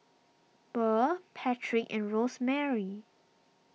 Burr Patrick and Rosemarie